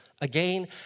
again